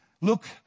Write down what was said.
look